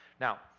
Now